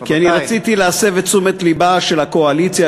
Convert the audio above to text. כי אני רציתי להסב את תשומת לבה של הקואליציה,